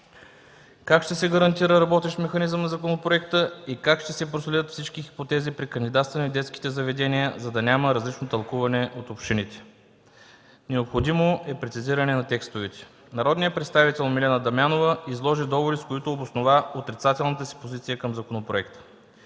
Как ще се гарантира работещ механизъм на законопроекта и как ще се проследят всички хипотези при кандидатстване в детските заведения, за да няма различно тълкуване от общините. - Необходимо е прецизиране на текстовете. Народният представител Милена Дамянова изложи доводи, с които обоснова отрицателната си позиция към законопроекта.